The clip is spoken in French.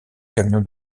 camion